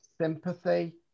sympathy